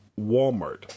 Walmart